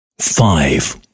five